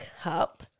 cup